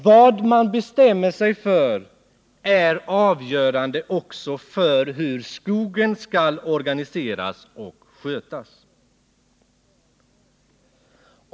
Vad man bestämmer sig för är avgörande också för hur skogen skall organiseras och skötas.